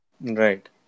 right